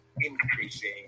increasing